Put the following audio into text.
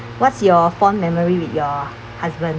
what's your fond memory with your husband